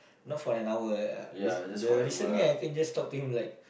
not for an hour eh I I the recently I can just talk to him like